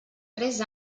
tres